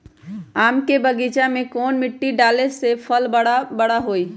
आम के बगीचा में कौन मिट्टी डाले से फल बारा बारा होई?